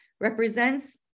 represents